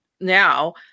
now